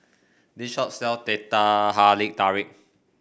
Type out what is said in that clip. this shop sells Teh Halia Tarik